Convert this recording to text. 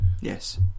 Yes